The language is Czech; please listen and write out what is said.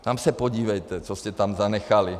Tam se podívejte, co jste tam zanechali.